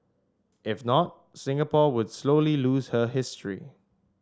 if not Singapore would slowly lose her history